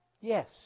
Yes